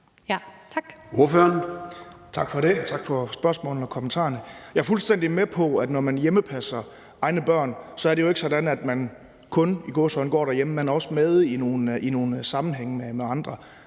med på, at når man hjemmepasser egne børn, er det jo ikke sådan, at man kun – i gåseøjne – går derhjemme. Man er også med i nogle sammenhænge med andre.